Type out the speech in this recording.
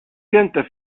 pianta